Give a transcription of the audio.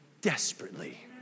desperately